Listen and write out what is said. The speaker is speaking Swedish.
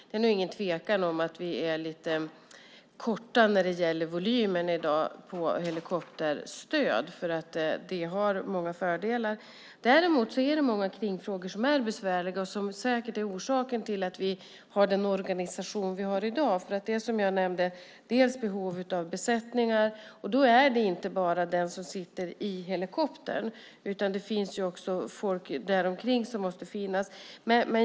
Det är ingen tvekan om att vi i dag är något korta på helikopterstöd vad gäller volymen. Det finns dock många besvärliga kringfrågor, och det är säkert anledningen till att vi har den organisation vi har i dag. Det finns behov av besättningar, och då handlar det inte bara om den som sitter i helikoptern utan det måste även finnas folk runt omkring.